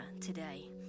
today